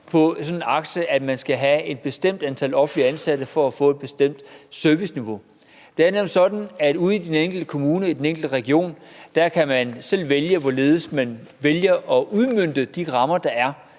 hvor man siger, at der skal være et bestemt antal offentligt ansatte, for at man kan få et bestemt serviceniveau. Det er nemlig sådan, at ude i den enkelte kommune og den enkelte region kan man selv vælge, hvorledes man udmønter det inden for de rammer, der er